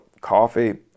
coffee